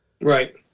right